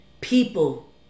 People